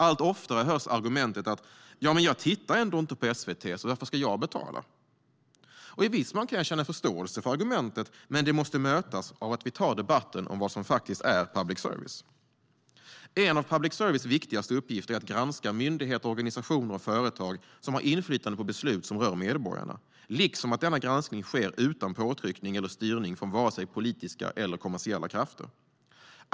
Allt oftare hörs argumentet: Ja, men jag tittar ändå inte på SVT, så varför ska jag betala? I viss mån kan jag känna förståelse för det argumentet, men det måste mötas av att vi tar debatten om vad som faktiskt är public service. En av public services viktigaste uppgifter är att granska myndigheter, organisationer och företag som har inflytande på beslut som rör medborgarna, och denna granskning ska ske utan påtryckning eller styrning från vare sig politiska eller kommersiella krafter.